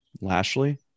Lashley